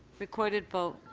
recorded vote.